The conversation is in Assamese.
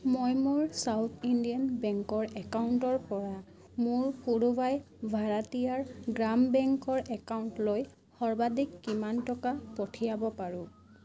মই মোৰ চাউথ ইণ্ডিয়ান বেংকৰ একাউণ্টৰ পৰা মোৰ পুড়ুভাই ভাৰাতীয়াৰ গ্ৰাম বেংকৰ একাউণ্টলৈ সৰ্বাধিক কিমান টকা পঠিয়াব পাৰোঁ